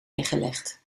weggelegd